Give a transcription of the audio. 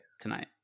tonight